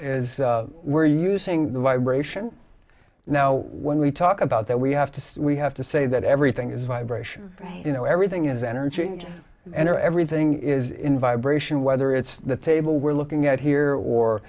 as we're using the vibration now when we talk about that we have to we have to say that everything is vibration you know everything is energy and everything is in vibration whether it's the table we're looking at here or